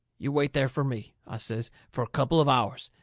you wait there fur me, i says, fur a couple of hours.